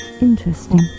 Interesting